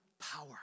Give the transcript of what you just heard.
power